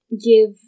give